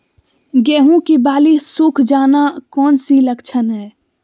गेंहू की बाली सुख जाना कौन सी लक्षण है?